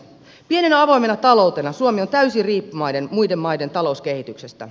pienenä avoimena taloutena suomi on täysin riippuvainen muiden maiden talouskehityksestä